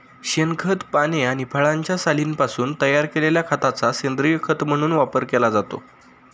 शेणखत, पाने आणि फळांच्या सालींपासून तयार केलेल्या खताचा सेंद्रीय खत म्हणून वापर केला जातो